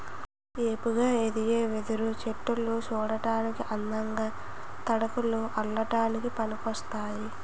ఏపుగా ఎదిగే వెదురు చెట్టులు సూడటానికి అందంగా, తడకలు అల్లడానికి పనికోస్తాయి